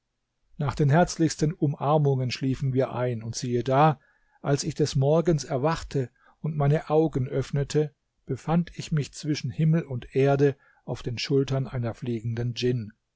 nach den herzlichsten umarmungen schliefen wir ein und siehe da als ich des morgens erwachte und meine augen öffnete befand ich mich zwischen himmel und erde auf den schultern einer fliegenden djinn